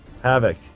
Havoc